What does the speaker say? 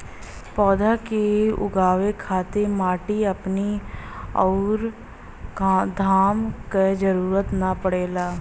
पौधा के उगावे खातिर माटी पानी अउरी घाम क जरुरत ना पड़ेला